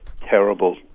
terrible